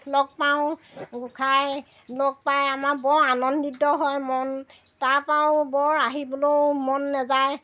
লগ পাওঁ খাই লগ পাই আমাৰ বৰ আনন্দিত হয় মন তাপাও বৰ আহিবলেও মন নাযায়